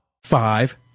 Five